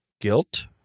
guilt